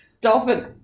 dolphin